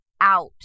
out